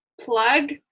plug